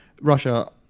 Russia